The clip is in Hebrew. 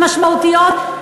משמעותיות?